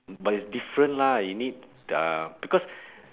but it's different lah you need uh because